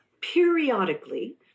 periodically